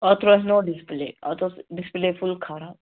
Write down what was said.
اَتھ ترٛوو اَسہِ نوٚو ڈِسپُلے اَتھ اوس ڈِسپُلے فُل خراب